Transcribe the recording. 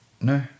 No